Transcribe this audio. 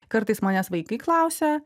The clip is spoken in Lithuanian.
kartais manęs vaikai klausia